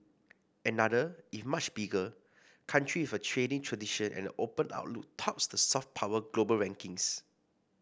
another if much bigger country with a trading tradition and an open outlook tops the soft power global rankings